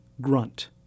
grunt